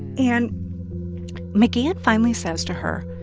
and mcgahn finally says to her,